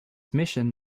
mission